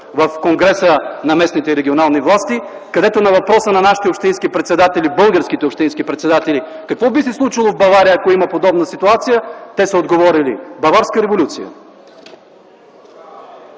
в Конгреса на местните и регионални власти, където на въпроса на нашите общински председатели, българските общински председатели: „Какво би се случило в Бавария, ако има подобна ситуация?” – те са отговорили: „Баварска революция!”